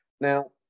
Now